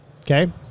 okay